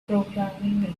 programming